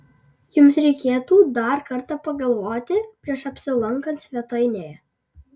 jums reikėtų dar kartą pagalvoti prieš apsilankant svetainėje